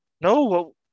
No